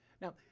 Now